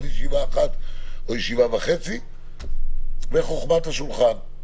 אולי עוד ישיבה אחת או ישיבה וחצי כשתפעל חוכמת השולחן.